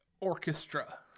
Orchestra